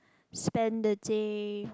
spend the day